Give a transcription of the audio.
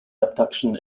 abduction